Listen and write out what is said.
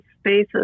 spaces